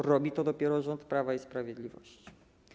Robi to dopiero rząd Prawa i Sprawiedliwości.